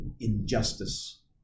injustice